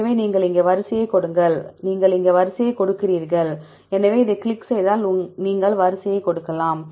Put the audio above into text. எனவே நீங்கள் இங்கே வரிசையை கொடுங்கள் நீங்கள் இங்கே வரிசையை கொடுக்கிறீர்கள் எனவே இதை கிளிக் செய்தால் நீங்கள் வரிசையை கொடுக்கலாம்